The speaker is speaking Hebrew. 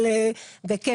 וכן,